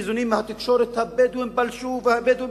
ניזונים מהתקשורת: הבדואים פלשו והבדואים,